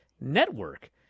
network